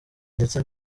ndetse